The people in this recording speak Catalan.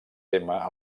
tema